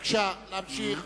בבקשה להמשיך.